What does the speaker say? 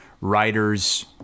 writers